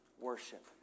worship